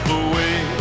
away